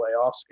playoffs